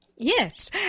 Yes